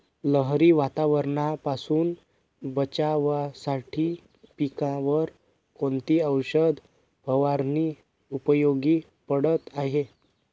लहरी वातावरणापासून बचावासाठी पिकांवर कोणती औषध फवारणी उपयोगी पडत आहे?